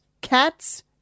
Cats